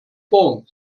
form